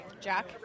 Jack